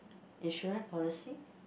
insurance policy